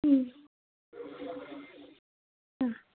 ಹ್ಞೂ ಹಾಂ